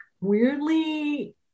weirdly